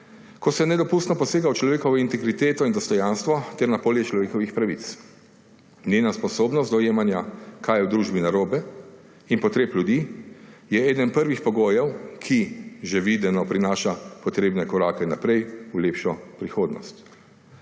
ko se nedopustno posega v človekovo integriteto in dostojanstvo ter na polje človekovih pravic. Njena sposobnost dojemanja, kaj je v družbi narobe, in potreb ljudi je eden prvih pogojev, ki, že videno, prinaša potrebne korake naprej, v lepšo prihodnost.